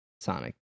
Sonic